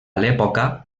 l’època